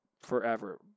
forever